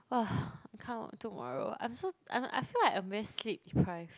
!wah! I can't work tomorrow I'm so I I feel like I'm very sleep deprived